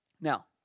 Now